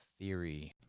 Theory